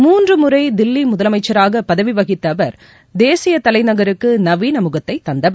மூன்று முறை தில்லி முதலமைச்சராக பதவி வகித்த அவர் தேசிய தலைநகருக்கு நவீன முகத்தை தந்தவர்